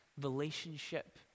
relationship